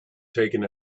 taken